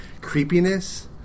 creepiness